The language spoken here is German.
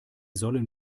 sollen